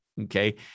okay